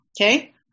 Okay